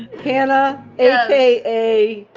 hannah, a k a.